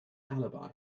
alibi